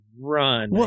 run